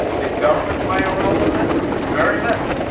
did government play a role in this? very little.